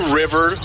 river